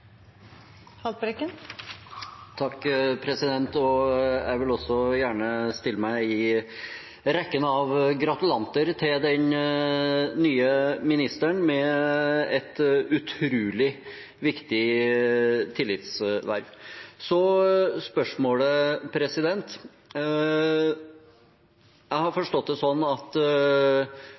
Jeg vil også gjerne stille meg i rekken av gratulanter til den nye ministeren, som har et utrolig viktig tillitsverv. Jeg har forstått det slik at